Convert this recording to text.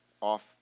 off